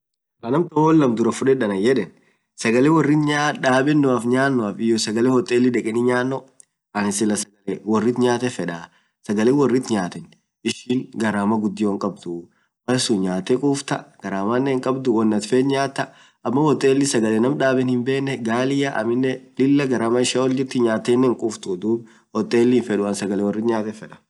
ann amtaan hoo woan laam dura fuded anan yedeen ,simuu kee dabatiaf hyofungoo kee dabaati fungoo dabatii duraa fuded mana fungo malaan daab milango hinchapsenii fungoo haress bitedaa, malanin simuu kiyy daab woan birii hamtuut kass anaa jiraa woan shuleati.